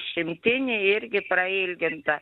šimtinį irgi prailgintą